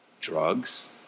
drugs